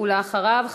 ואחריו,